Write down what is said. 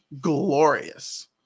glorious